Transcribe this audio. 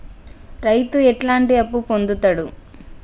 రైతు ఎట్లాంటి అప్పు పొందుతడు?